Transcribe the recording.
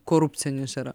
korupcinis yra